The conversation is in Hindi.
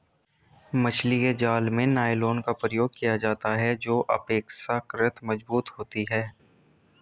मछली के जाल में नायलॉन का प्रयोग किया जाता है जो अपेक्षाकृत मजबूत होती है